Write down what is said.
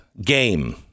game